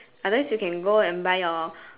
unless you can go and buy your